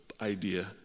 idea